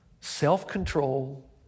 Self-control